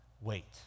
Wait